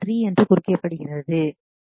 3 என்று குறிக்கப்படுகிறது